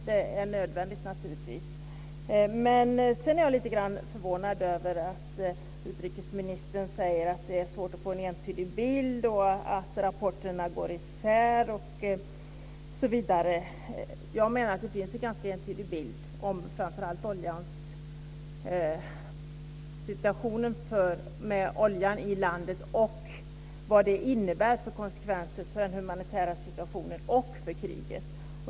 Det är naturligtvis nödvändigt. Jag är dock lite förvånad över att det, som utrikesministern säger, är svårt att få en entydig bild, att rapporterna går isär osv. Jag menar att bilden är ganska entydig, framför allt när det gäller oljesituationen i landet och när det gäller konsekvenserna humanitärt och för kriget.